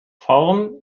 form